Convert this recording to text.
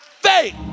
faith